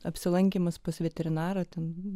apsilankymas pas veterinarą ten